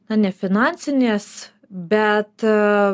na ne finansinės bet